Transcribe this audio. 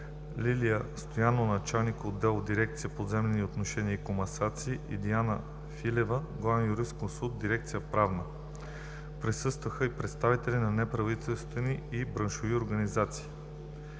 Лилия Стоянова – началник отдел в дирекция „Поземлени отношения и комасация“, и Диана Филева – главен юрисконсулт в дирекция „Правна“. Присъстваха и представители на неправителствени и браншови организации.